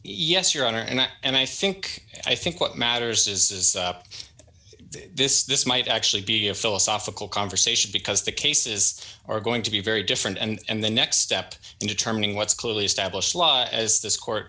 yes your honor and that and i think i think what matters is up this this might actually be a philosophical conversation because the cases are going to be very different and the next step in determining what's clearly established law as this court